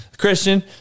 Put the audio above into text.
Christian